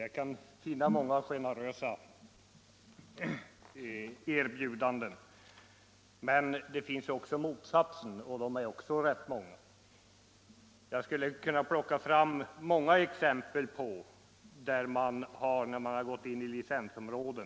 Jag kan finna många generösa erbjudanden, men det finns också rätt många som har motsatt karaktär. Jag skulle kunna plocka fram många exempel på hur det blivit när man gått in i ett licensområde.